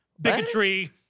bigotry